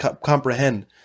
comprehend